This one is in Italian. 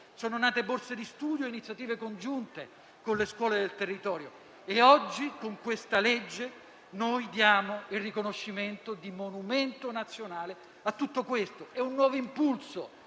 Sono nate borse di studio e iniziative congiunte con le scuole del territorio. Oggi, con questa legge, noi diamo il riconoscimento di monumento nazionale a tutto questo. È un nuovo impulso